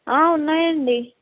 ఉన్నాయి అండి